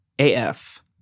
AF